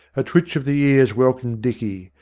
a twitch of the ears welcomed dicky,